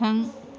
थां